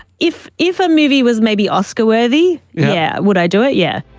if if a movie was maybe oscar-worthy, yeah. would i do it? yeah.